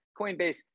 Coinbase